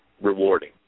rewarding